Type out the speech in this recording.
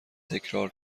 تکرار